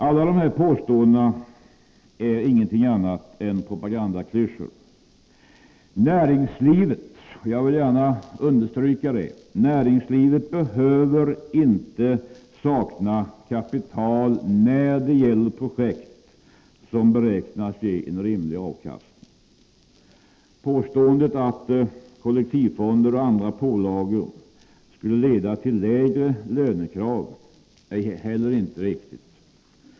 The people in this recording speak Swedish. Alla dessa påståenden är ju ingenting annat än propagandaklyschor. Näringslivet — jag vill understryka det — behöver inte sakna kapital när det gäller projekt som kan beräknas ge rimlig avkastning. Påståendet att kollektivfonder och andra pålagor skulle leda till lägre lönekrav är inte heller riktigt.